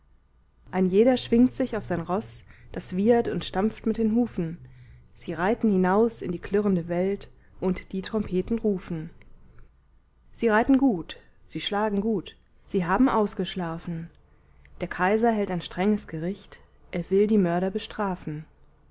ein jeder schwingt sich auf sein roß das wiehert und stampft mit den hufen sie reiten hinaus in die klirrende welt und die trompeten rufen sie reiten gut sie schlagen gut sie haben ausgeschlafen der kaiser hält ein strenges gericht er will die mörder bestrafen